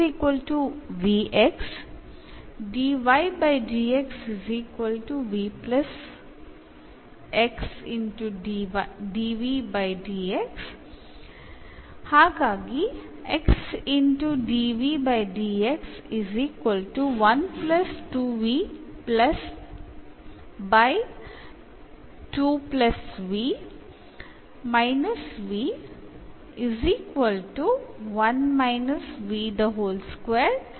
ഇതിൽ എന്ന സബ്സ്റ്റിറ്റ്യൂഷൻ ഉപയോഗിക്കുമ്പോൾ എന്ന് എഴുതാം